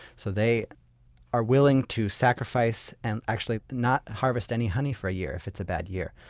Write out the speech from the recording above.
so they are willing to sacrifice and actually not harvest any honey for a year, if it's a bad year,